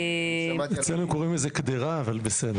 אצלנו קוראים לזה קדרה, אבל בסדר.